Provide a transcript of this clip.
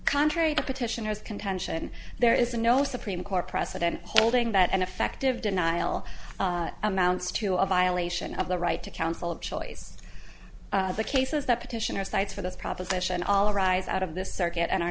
contrary petitioner's contention there is no supreme court precedent holding that an effective denial amounts to a violation of the right to counsel of choice the cases that petitioners cites for this proposition all arise out of this circuit and are